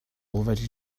already